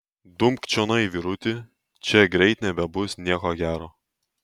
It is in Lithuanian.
dumk čionai vyruti čia greit nebebus nieko gero